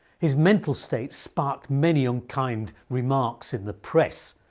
his mental state sparked many unkind remarks in the press,